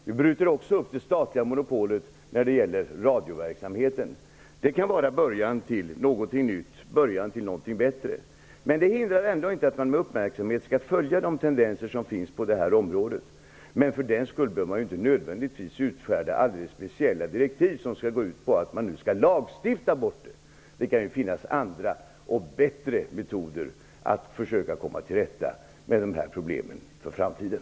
Vi bryter också upp det statliga monopolet på radioverksamhet. Det kan vara en början till någonting nytt och bättre. Detta hindrar ändå inte att man med uppmärksamhet bör följa de tendenser som finns på området, men bara för den sakens skull behöver man ju inte nödvändigtvis utfärda speciella direktiv om att lagstifta bort maktkoncentrationen. Det kan ju finnas andra och bättre metoder för att komma till rätta med de problemen i framtiden.